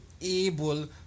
able